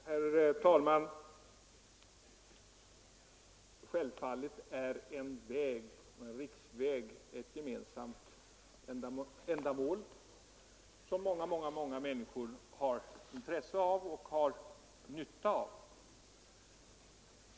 Herr talman! Självfallet är en riksväg ett gemensamt ändamål, som många människor har intresse och nytta av.